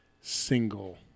single